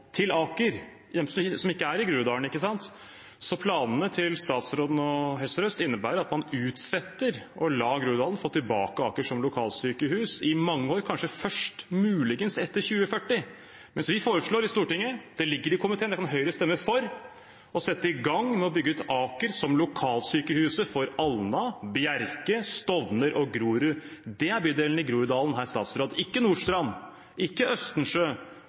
til Aker, bydeler som ikke er i Groruddalen. Så planene til statsråden og Helse Sør-Øst innebærer at man utsetter å la Groruddalen få tilbake Aker som lokalsykehus i mange år, kanskje først – muligens – etter 2040. Men vi foreslår i Stortinget – det ligger i komiteen, det kan Høyre stemme for – å sette i gang med å bygge ut Aker som lokalsykehuset for Alna, Bjerke, Stovner og Grorud. Det er bydelene i Groruddalen, herr statsråd – ikke Nordstrand, ikke Østensjø,